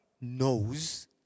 knows